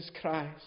Christ